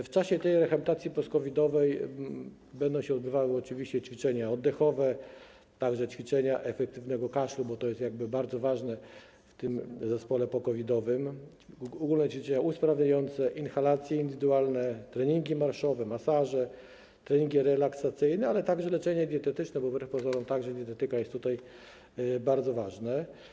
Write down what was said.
W czasie tej rehabilitacji post-COVID-owej będą się odbywały rzeczywiście ćwiczenia oddechowe, także ćwiczenia efektywnego kaszlu, bo to jest bardzo ważne w zespole po-COVID-owym, ogólne ćwiczenia usprawniające, inhalacje, indywidualne treningi marszowe, masaże, treningi relaksacyjne, ale także leczenie dietetyczne, bo wbrew pozorom także dietetyka jest tutaj bardzo ważna.